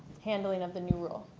handling of the new role?